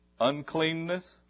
uncleanness